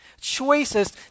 Choices